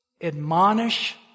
admonish